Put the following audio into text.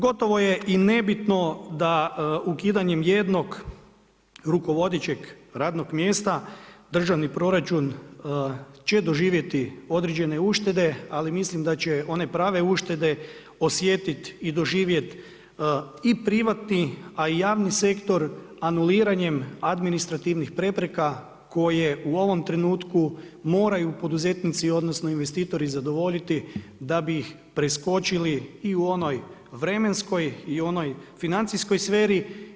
Gotovo je i nebitno da ukidanjem jednog rukovodećeg radnog mjesta državni proračun će doživjeti određene uštede ali mislim da će one prave uštede osjetiti i doživjeti i privatni a i javni sektor anuliranjem administrativnih prepreka koje u ovom trenutku moraju poduzetnici odnosno investitori zadovoljiti da bih ih preskočili i u onoj vremenskoj i onoj financijskoj sferi.